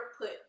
put